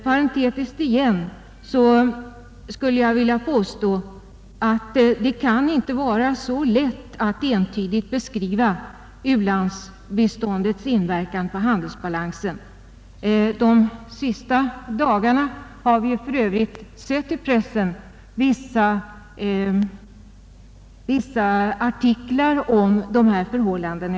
Jag skulle ännu en gång parentetiskt vilja påstå att det inte kan vara så lätt att entydigt beskriva u-landsbiståndets inverkan på handelsbalansen. Under de senaste dagarna har vi för övrigt i pressen sett vissa artiklar om dessa förhållanden.